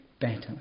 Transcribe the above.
better